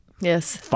Yes